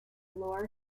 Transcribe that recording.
lower